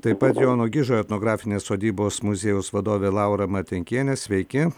taip pat jono gižo etnografinės sodybos muziejaus vadovė laura martinkienė sveiki